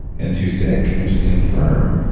and too sick. and, just in firm,